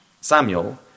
Samuel